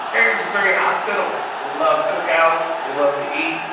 arabs are very hospitable. they love cookouts. they love to eat.